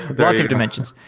lots of dimensions.